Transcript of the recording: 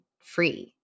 free